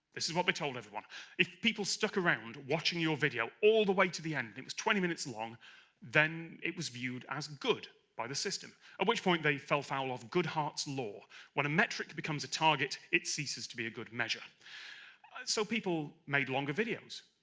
this is what we told everyone if people stuck around watching your video all the way to the end and it was twenty minutes long then it was viewed as good by the system. at which point they fell foul of goodhart's law when a metric becomes a target, it ceases to be a good measure so people made longer videos,